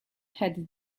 had